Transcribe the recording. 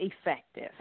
effective